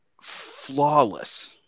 flawless